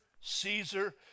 Caesar